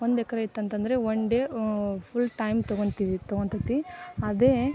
ಒಂದು ಎಕ್ರೆ ಇತ್ತಂತಂದರೆ one day full time ತೊಗೊತಿವಿ ತೊಗೊಂತೈತೆ ಅದೇ